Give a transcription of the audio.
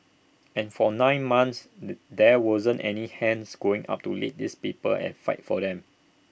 and for nine months there wasn't any hands going up to lead these people and fight for them